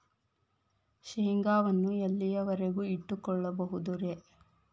ಶೇಂಗಾವನ್ನು ಎಲ್ಲಿಯವರೆಗೂ ಇಟ್ಟು ಕೊಳ್ಳಬಹುದು ರೇ?